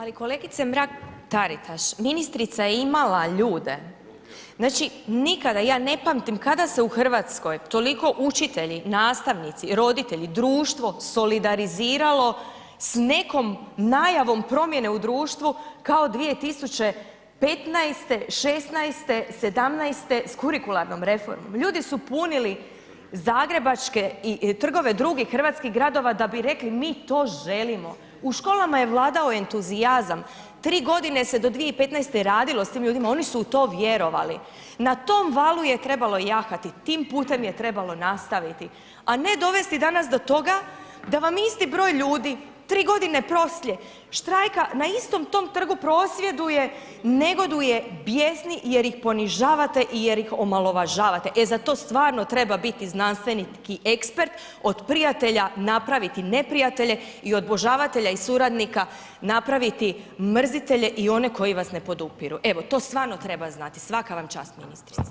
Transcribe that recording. Ali kolegice Mrak-Taritaš, ministrica je imala ljude, znači nikada, ja ne pamtim kada se u RH toliko učitelji, nastavnici, roditelji, društvo, solidariziralo s nekom najavom promjene u društvu kao 2015., '16., '17. s kurikularnom reformom, ljudi su punili zagrebačke i trgove drugih hrvatskih gradova da bi rekli mi to želimo, u školama je vladao entuzijazam, 3.g. se do 2015.g. radilo s tim ljudima, oni su u to vjerovali, na tom valu je trebalo jahati, tim putem je trebalo nastaviti, a ne dovesti danas do toga da vam isti broj ljudi 3.g. poslije štrajka na istom tom trgu prosvjeduje, negoduje, bjesni jer ih ponižavate i jer ih omalovažavate, e za to stvarno treba biti znanstvenik i ekspert, od prijatelja napraviti neprijatelje i od obožavatelja i suradnika napraviti mrzitelje i one koji vas ne podupiru, evo to stvarno treba znati, svaka vam čast ministrice.